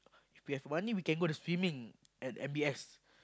if we have money we can go the swimming at M_B_S